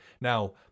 Now